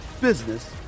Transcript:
business